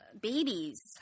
babies